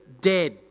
dead